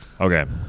Okay